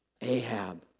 Ahab